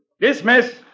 Dismiss